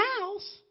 house